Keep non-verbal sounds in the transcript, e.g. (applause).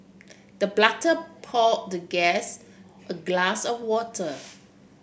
the (unintelligible) pour the guest a glass of water